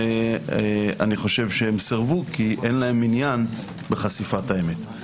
אני חושב שהם סירבו כי אין להם עניין בחשיפת האמת.